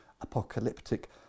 apocalyptic